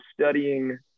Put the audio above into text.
studying